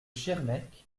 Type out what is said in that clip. schirmeck